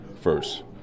first